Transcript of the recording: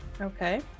Okay